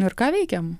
ir ką veikiam